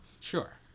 Sure